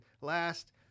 last